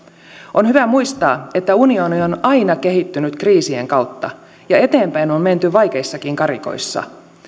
on hyvä muistaa että unioni on aina kehittynyt kriisien kautta ja eteenpäin on on menty vaikeissakin karikoissa